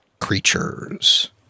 creatures